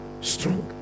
strong